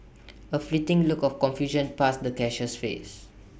A fleeting look of confusion passed the cashier's face